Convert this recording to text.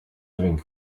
living